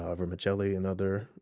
ah vermicelli another,